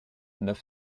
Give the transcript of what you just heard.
neuf